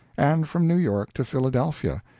and from new york to philadelphia,